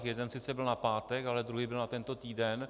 Jeden sice byl na pátek, ale druhý byl na tento týden.